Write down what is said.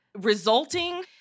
resulting